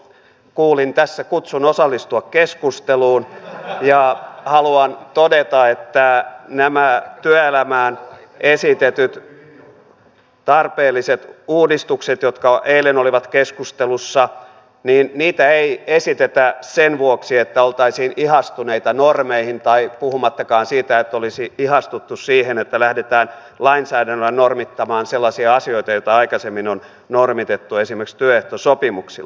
kuulin tässä kutsun osallistua keskusteluun ja haluan todeta että näitä työelämään esitettyjä tarpeellisia uudistuksia jotka eilen olivat keskustelussa ei esitetä sen vuoksi että oltaisiin ihastuneita normeihin puhumattakaan siitä että olisi ihastuttu siihen että lähdetään lainsäädännöllä normittamaan sellaisia asioita joita aikaisemmin on normitettu esimerkiksi työehtosopimuksilla